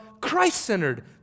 Christ-centered